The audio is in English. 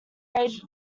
raised